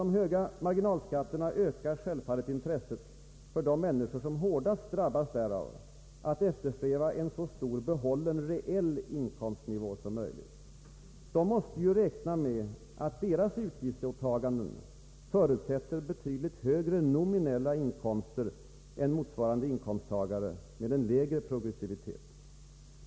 De höga marginalskatterna ökar självfallet intresset för de människor, som hårdast drabbas därav, att eftersträva en så stor behållen reell inkomst som möjligt. De måste ju räkna med att deras utgiftsåtaganden förutsätter betydligt högre nominella inkomster än för andra inkomsttagare med en lägre progressivitet.